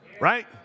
right